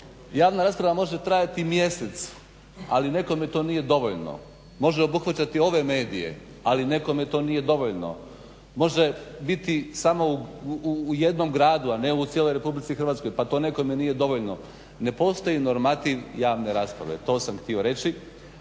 javna rasprava može trajati mjesec, ali nekome to nije dovoljno. Može obuhvaćati ove medije ali nekome to nije dovoljno, može biti samo u jednom gradu a ne u cijeloj Republici Hrvatskoj pa to nekome nije dovoljno. Ne postoji normativ javne rasprave, to sam htio reći.